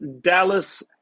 Dallas